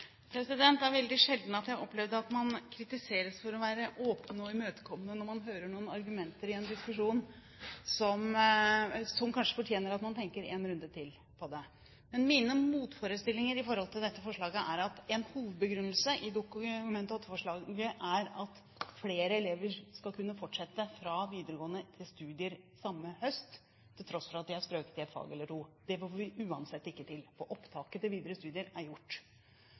å være åpen og imøtekommende når man hører noen argumenter i en diskusjon som kanskje fortjener at man tenker på det en runde til. Men mine motforestillinger når det gjelder dette forslaget, er at en hovedbegrunnelse i Dokument 8-forslaget er at flere elever skal kunne fortsette fra videregående til studier samme høst, til tross for at de har strøket i et fag eller to. Det får vi uansett ikke til, for opptaket til videre studier er gjort.